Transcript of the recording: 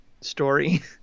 story